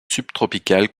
subtropicales